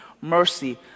mercy